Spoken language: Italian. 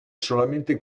solamente